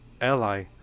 ally